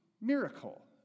miracle